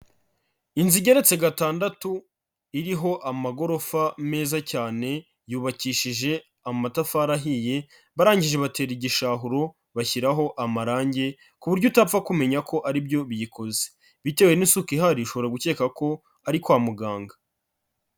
Inzu igeretse gatandatu iriho amagorofa meza cyane, yubakishije amatafari ahiye, barangije batera igishahuro bashyiraho amarangi, ku buryo utapfa kumenya ko ari byo biyikoze, bitewe n'isuka ihari ushobora gukeka ko ari kwa muganga.